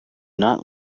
not